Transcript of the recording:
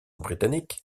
britannique